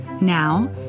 Now